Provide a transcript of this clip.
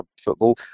football